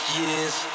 years